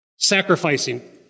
sacrificing